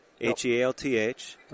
H-E-A-L-T-H